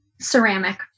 ceramic